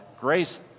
grace